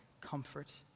comfort